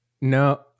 No